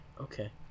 okay